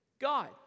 God